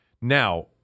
Now